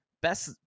Best